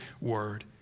word